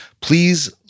Please